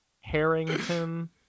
Harrington